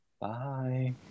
Bye